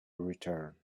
return